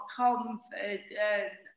confident